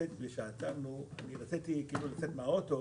וכשעצרנו רציתי לצאת מהאוטו,